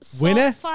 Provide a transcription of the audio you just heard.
winner